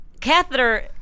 catheter